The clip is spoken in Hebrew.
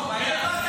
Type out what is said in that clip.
מה זה